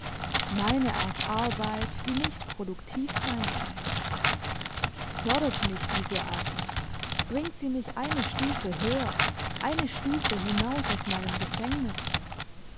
meine art arbeit die nicht produktiv sein kann fördert mich diese arbeit bringt sie mich eine stufe höher eine stufe hinaus aus meinem gefängnis